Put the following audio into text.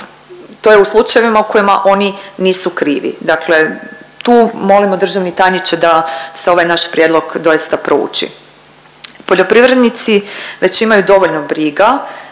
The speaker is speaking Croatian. to je u slučajevima u kojima oni nisu krivi. Dakle, tu molimo državni tajniče da se ovaj naš prijedlog doista prouči. Poljoprivrednici već imaju dovoljno briga,